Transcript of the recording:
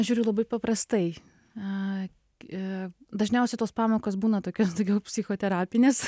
aš žiūriu labai paprastai a e dažniausiai tos pamokos būna tokios daugiau psichoterapinės